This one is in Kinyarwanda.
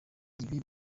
ibi